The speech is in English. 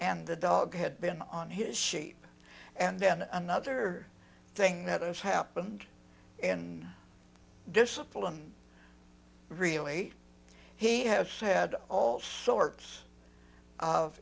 and the dog had been on his sheep and then another thing that has happened in discipline really he have said all sorts of